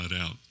out